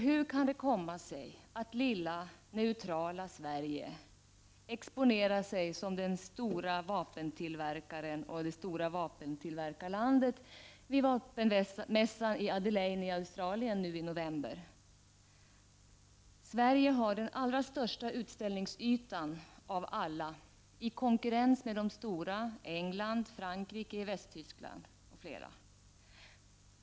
Hur kan det komma sig att lilla neutrala Sverige exponerar sig som det stora vapentillverkarlandet vid vapenmässan i Adelaide i Australien nu i november? Sverige har den största utställningsytan av alla länder i konkurrens med de stora vapenexporterande länderna England, Frankrike och Västtyskland.